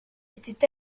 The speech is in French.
était